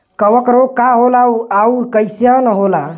कवक रोग का होला अउर कईसन होला?